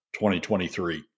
2023